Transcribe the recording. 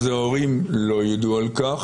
אז ההורים לא ידעו על כך,